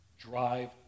drive